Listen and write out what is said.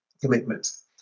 commitments